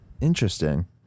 Interesting